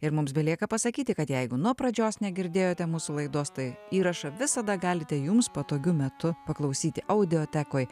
ir mums belieka pasakyti kad jeigu nuo pradžios negirdėjote mūsų laidos tai įrašą visada galite jums patogiu metu paklausyti audiotekoj